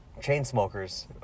Chainsmokers